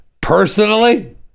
personally